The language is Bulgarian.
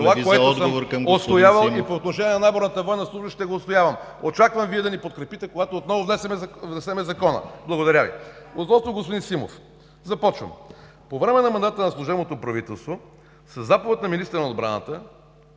когато отново внесем закона. Благодаря Ви.